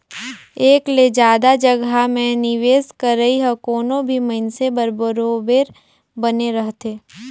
एक ले जादा जगहा में निवेस करई ह कोनो भी मइनसे बर बरोबेर बने रहथे